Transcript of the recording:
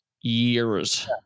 years